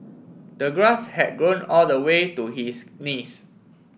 the grass had grown all the way to his knees